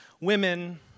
women